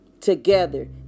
together